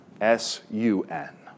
S-U-N